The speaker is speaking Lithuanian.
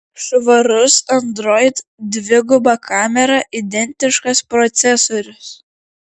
švarus android dviguba kamera identiškas procesorius